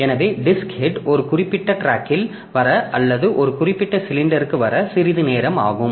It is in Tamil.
எனவே டிஸ்க் ஹெட் ஒரு குறிப்பிட்ட டிராக்கில் வர அல்லது ஒரு குறிப்பிட்ட சிலிண்டருக்கு வர சிறிது நேரம் ஆகும்